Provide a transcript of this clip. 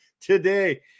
today